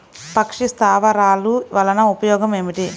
పక్షి స్థావరాలు వలన ఉపయోగం ఏమిటి?